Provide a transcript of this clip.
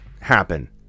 happen